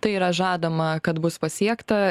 tai yra žadama kad bus pasiekta